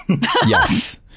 Yes